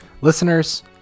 Listeners